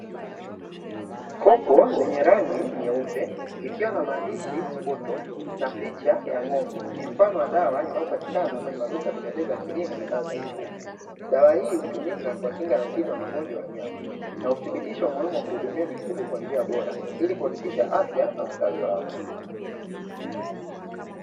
Kopo lenye rangi nyeupe ikiwa na maandishi spoto na picha ya ng'ombe ni mfano wa dawa, inayopatikana kwenye maduka vimejaza kilimo na dawa za mikubwa, dawa hii hutumika kwa kinga na tiba magonjwa ya nyama na uthibitisho umuhimu wa kuhudumia mifugo kwa njia bora ili kuhakikisha afya na ustawi wako.